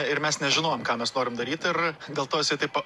ir mes nežinojom ką mes norim daryt ir dėl to jisai taip